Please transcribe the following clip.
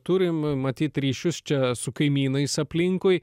turim matyt ryšius čia su kaimynais aplinkui